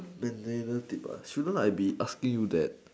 the little tip shouldn't I be asking you that